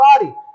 body